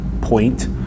point